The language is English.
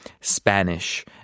Spanish